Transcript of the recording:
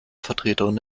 vertreterin